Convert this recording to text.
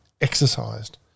exercised